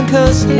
Cause